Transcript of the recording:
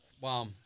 Wow